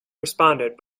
responded